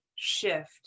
shift